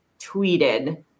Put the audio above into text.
tweeted